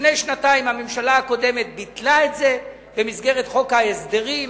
לפני שנתיים הממשלה הקודמת ביטלה את זה במסגרת חוק ההסדרים.